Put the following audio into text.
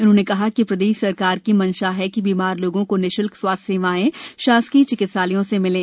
उन्होंने कहा कि प्रदेश सरकार की मंशा हथ कि बीमार लोगों को निशल्क स्वास्थ्य सेवाएं शासकीय चिकित्सालयों से मिले